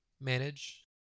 Manage